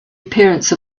appearance